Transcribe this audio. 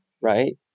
right